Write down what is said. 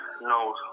No